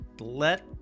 Let